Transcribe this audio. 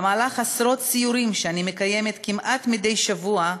בעשרות סיורים שאני מקיימת כמעט מדי שבוע,